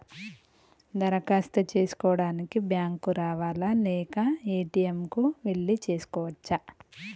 దరఖాస్తు చేసుకోవడానికి బ్యాంక్ కు రావాలా లేక ఏ.టి.ఎమ్ కు వెళ్లి చేసుకోవచ్చా?